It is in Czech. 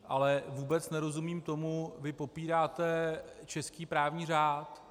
Ale vůbec nerozumím tomu vy popíráte český právní řád.